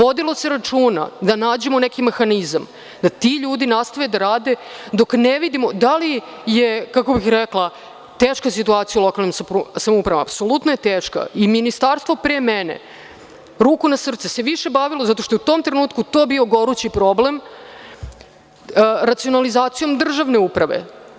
Vodilo se računa da nađemo neki mehanizam da ti ljudi nastave da rade dok ne vidimo da li je, kako bih rekla, teška je situacija u lokalnim samoupravama, apsolutno je teška i Ministarstvo pre mene, ruku na srce, se više bavilo, zato što je u tom trenutku bio gorući problem, racionalizacijom državne uprave.